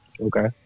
Okay